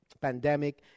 pandemic